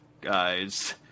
guys